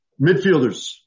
midfielders